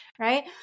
right